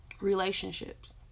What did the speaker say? relationships